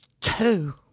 Two